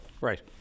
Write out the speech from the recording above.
Right